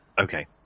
Okay